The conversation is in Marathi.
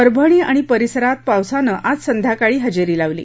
परभणी आणि परिसरात पावसानं आज सायंकाळी हजेरी लावली